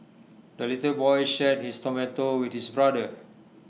the little boy shared his tomato with his brother